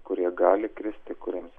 kurie gali kristi kuriems